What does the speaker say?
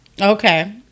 Okay